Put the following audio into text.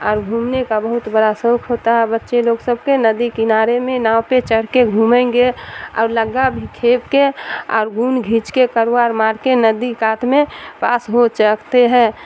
اور گھومنے کا بہت بڑا شوق ہوتا ہے بچے لوگ سب کے ندی کنارے میں ناؤ پہ چڑھ کے گھومیں گے اور لگا بھی کھیپ کے اور گھوم کھینچ کے کر وار مار کے ندی کات میں پاس ہو چاکتے ہیں